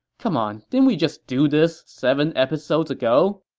c'mon, didn't we just do this seven episodes ago?